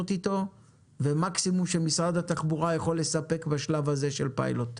אתו ומקסימום שמשרד התחבורה יכול לספק בשלב הזה של פיילוט.